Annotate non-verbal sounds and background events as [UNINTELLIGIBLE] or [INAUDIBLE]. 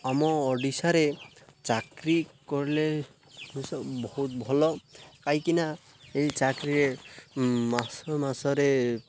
ଆମ ଓଡ଼ିଶାରେ ଚାକିରି କଲେ [UNINTELLIGIBLE] ବହୁତ ଭଲ କାହିଁକିନା ଏଇ ଚାକିରିରେ ମାସ ମାସରେ